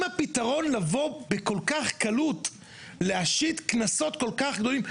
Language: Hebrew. הפתרון בכל כך קלות להשית קנסות כה גדולים?